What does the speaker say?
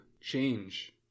change